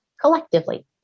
collectively